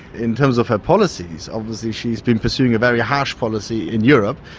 in terms of her policies obviously she has been pursuing a very harsh policy in europe,